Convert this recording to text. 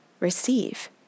receive